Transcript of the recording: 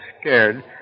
scared